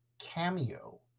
cameo